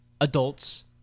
adults